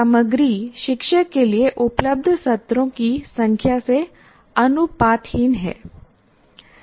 सामग्री शिक्षक के लिए उपलब्ध सत्रों की संख्या से अनुपातहीन है